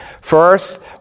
First